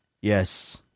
Yes